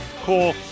cool